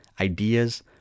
ideas